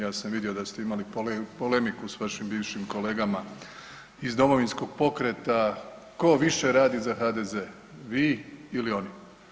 Ja sam vidio da ste imali polemiku sa vašim bivšim kolegama iz Domovinskog pokreta, ko više radi za HDZ, vi ili oni?